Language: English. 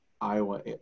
Iowa